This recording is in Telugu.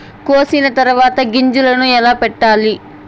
కోసిన తర్వాత గింజలను ఎలా పెట్టాలి